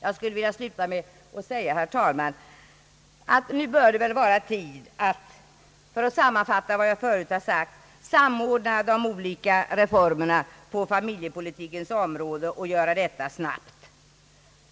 Jag skulle, herr talman, vilja sluta med att säga — för att sammanfatta vad jag förut har sagt — att nu bör det vara tid att samordna de olika reformerna på familjepolitikens område och göra detta snabbt.